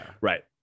Right